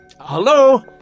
Hello